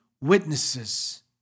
witnesses